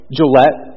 Gillette